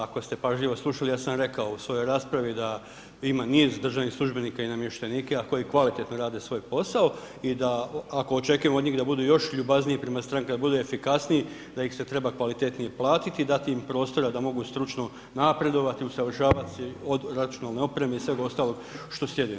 Ako ste pažljivo slušali, ja sam rekao u svojoj raspravi da … [[Govornik se ne razumije]] državnih službenika i namještenika koji kvalitetno rade svoj posao i da, ako očekujemo od njih da budu još ljubazniji prema strankama, da budu efikasniji, da ih se treba kvalitetnije platiti i dati im prostora da mogu stručno napredovati, usavršavati se od računalne opreme i svega ostalog što sljeduje.